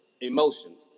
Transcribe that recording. emotions